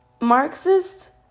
Marxist